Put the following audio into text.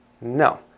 No